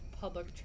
public